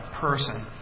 person